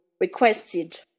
requested